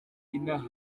inaha